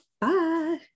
Bye